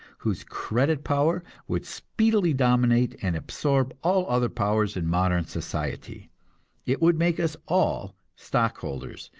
whose credit power would speedily dominate and absorb all other powers in modern society it would make us all stockholders,